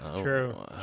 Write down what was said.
True